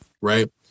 right